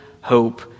hope